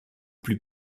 plus